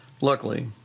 Luckily